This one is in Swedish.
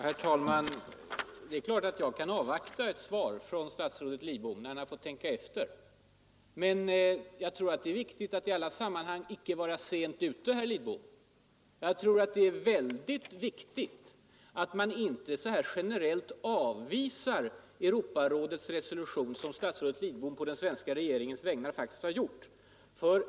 Herr talman! Det är klart att jag kan avvakta ett svar från sta Lidbom, till dess han hunnit tänka efter. Men jag tror att det är viktigt i alla sammanhang att inte vara för sent ute, herr Lidbom. Jag tror att det är väldigt viktigt att man inte så här generellt avvisar Europarådets resolution som statsrådet Lidbom på den svenska regeringens vägnar faktiskt har gjort i dag.